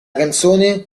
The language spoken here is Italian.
canzone